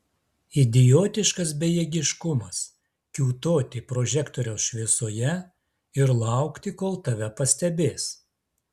idiotiškas bejėgiškumas kiūtoti prožektoriaus šviesoje ir laukti kol tave pastebės